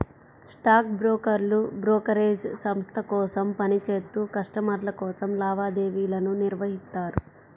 stock బ్రోకర్లు brokerage సంస్థ కోసం పని చేత్తూ కస్టమర్ల కోసం లావాదేవీలను నిర్వహిత్తారు